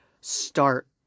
start